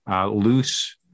loose